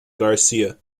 garcia